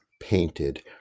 painted